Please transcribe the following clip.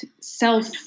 self